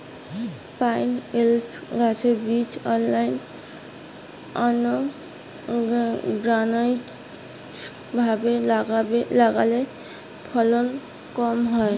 pineapple গাছের বীজ unorganised ভাবে লাগালে ফলন কম হয়